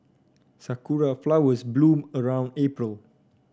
sakura flowers bloom around April